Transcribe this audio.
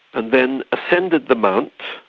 and then ascended the mount,